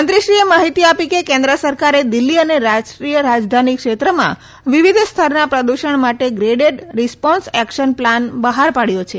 મંત્રીશ્રીએ માહિતી આપી કે કેન્દ્ર સરકારે દિલ્લી અને રાષ્ટ્રીય રાજધાની ક્ષેત્રમાં વિવિધ સ્તરના પ્રદૂષણ માટે ગ્રેડેડ રીસ્પોન્સ એક્શન પ્લાન બહાર પાડ્યો છે